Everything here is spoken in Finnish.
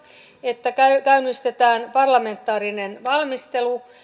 että käynnistetään parlamentaarinen valmistelu